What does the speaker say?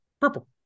Purple